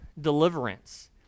deliverance